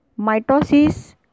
mitosis